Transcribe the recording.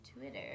Twitter